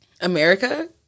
America